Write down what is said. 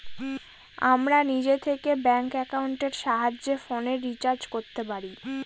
আমরা নিজে থেকে ব্যাঙ্ক একাউন্টের সাহায্যে ফোনের রিচার্জ করতে পারি